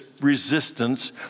resistance